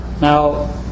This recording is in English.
Now